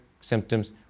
symptoms